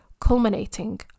culminating